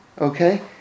Okay